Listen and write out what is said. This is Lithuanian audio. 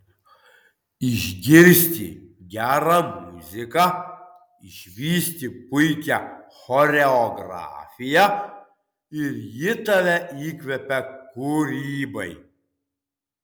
išgirsti gerą muziką išvysti puikią choreografiją ir ji tave įkvepia kūrybai